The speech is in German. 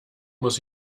muss